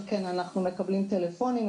אנחנו מקבלים טלפונים,